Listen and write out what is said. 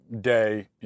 day